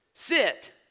Sit